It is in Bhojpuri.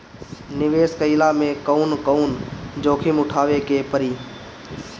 निवेस कईला मे कउन कउन जोखिम उठावे के परि?